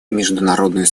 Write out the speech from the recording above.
международную